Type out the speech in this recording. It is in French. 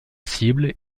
cibles